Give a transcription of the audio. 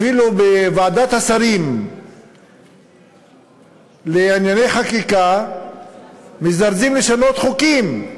אפילו בוועדת השרים לענייני חקיקה מזדרזים לשנות חוקים,